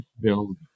build